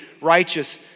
righteous